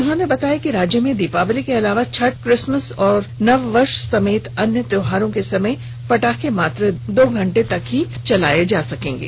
उन्होंने बताया कि राज्य में दीपावली के अलावा छठ किसमस और नववर्ष समेत अन्य त्योहारों के समय पटाखे मात्र दो घंटे तक ही चलाये जा सकेंगे